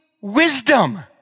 wisdom